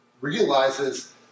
realizes